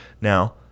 Now